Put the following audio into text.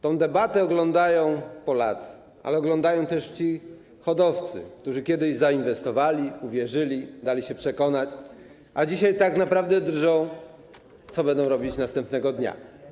Tę debatę oglądają Polacy, ale oglądają też ci hodowcy, którzy kiedyś zainwestowali, uwierzyli, dali się przekonać, a dzisiaj drżą, co będą robić następnego dnia.